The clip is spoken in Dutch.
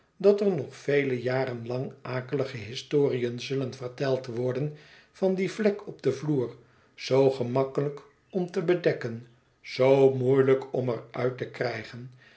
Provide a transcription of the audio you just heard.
dat er nog vele jaren lang akelige historiën zullen verteld worden van die vlek op den vloer zoo gemakkelijk om te bedekken zoo moeielijk om er uit te krijgen